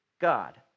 God